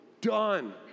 done